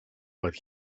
what